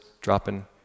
dropping